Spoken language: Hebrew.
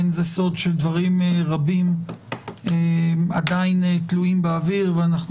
אין זה סוד שדברים רבים עדיין תלויים באוויר ואנחנו